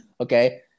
Okay